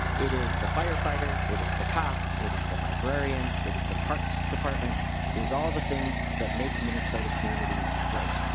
it is the firefighter it is the cop it is the librarian. it is the parks department is all the things that make minnesota communities grades.